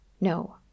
No